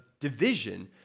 division